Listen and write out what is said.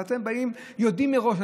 אז אתם יודעים מראש,